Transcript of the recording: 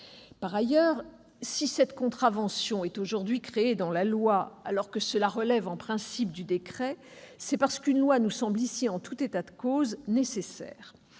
Par ailleurs, si cette contravention est créée par la loi, alors que cela relève en principe du décret, c'est parce qu'une loi nous semble, en tout état de cause, nécessaire.